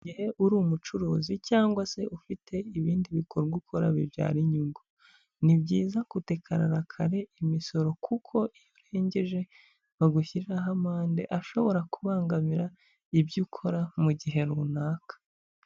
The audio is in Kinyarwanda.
Igihe uri umucuruzi cyangwa se ufite ibindi bikorwa ukora bibyara inyungu, ni byiza kudekarara kare imisoro. Kuko iyo urengeje bagushyiriraho amande ashobora kubangamira ibyo ukora mu gihe runaka.